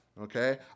okay